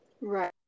Right